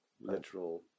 Literal